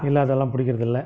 இல்லை அதெல்லாம் பிடிக்கிறதில்ல